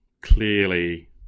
clearly